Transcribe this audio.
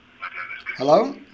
Hello